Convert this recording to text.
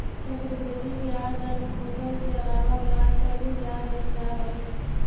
चक्रवृद्धि ब्याज दर में मूलधन के अलावा ब्याज पर भी ब्याज लेल जा हई